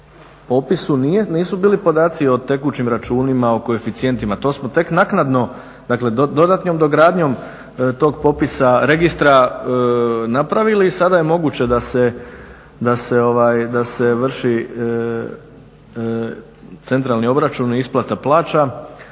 nisu bili podaci i o tekućim računima, o koeficijentima. To smo tek naknadno, dakle dodatnom dogradnjom tog popisa registra napravili i sada je moguće da se vrši centralni obračun i isplata plaća.